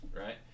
right